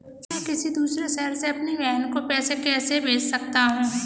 मैं किसी दूसरे शहर से अपनी बहन को पैसे कैसे भेज सकता हूँ?